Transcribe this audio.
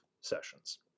sessions